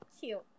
cute